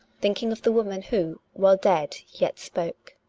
thinking of the woman who, while dead, yet spoke.